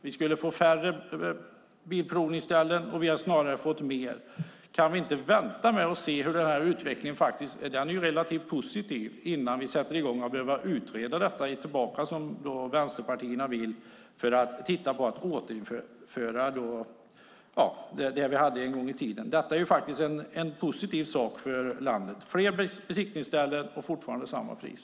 Vi skulle få färre bilprovningsställen, men vi har snarare fått fler. Kan vi inte vänta och se hur utvecklingen blir - den är ju relativt positiv - innan vi sätter i gång och utreder detta, som vänsterpartierna vill, för att se om vi ska återinföra det vi hade en gång i tiden? Detta är faktiskt en positiv sak för landet: fler besiktningsställen och fortfarande samma pris.